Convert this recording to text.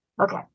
okay